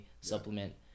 supplement